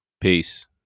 Peace